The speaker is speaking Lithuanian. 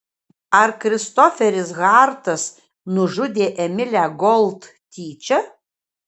ar kristoferis hartas nužudė emilę gold tyčia